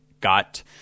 got